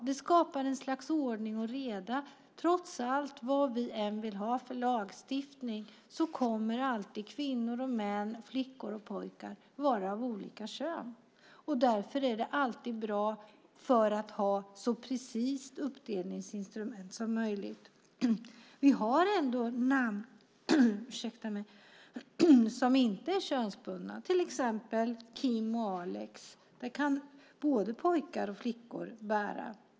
Det skapar ett slags ordning och reda. Oavsett vad vill vi ha för lagstiftning kommer alltid kvinnor och män, flickor och pojkar att vara av olika kön. Därför är det alltid bra att ha ett så precist uppdelningsinstrument som möjligt. Vi har ändå namn som inte är könsbundna, till exempel Kim och Alex. Dem kan både pojkar och flickor bära.